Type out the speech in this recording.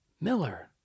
Miller